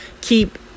keep